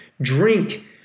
Drink